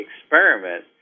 experiment